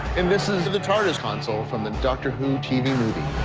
and this is the tardis console from the doctor who tv movie.